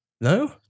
no